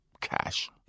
cash